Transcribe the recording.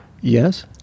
Yes